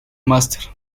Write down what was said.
máster